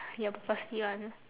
ya purposely [one]